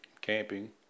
camping